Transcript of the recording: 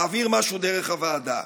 להעביר משהו דרך הוועדה.